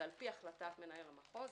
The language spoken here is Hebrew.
ולפי החלטת מנהל המחוז,